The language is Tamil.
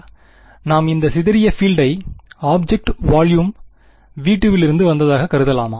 மாணவர் நாம் இந்த சிதறிய பீல்டை ஆப்ஜெக்ட் வாலுயும் வி 2 விலிருந்து வந்ததாக கருதலாமா